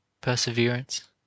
perseverance